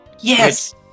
Yes